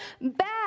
back